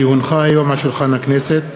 כי הונחו היום על שולחן הכנסת,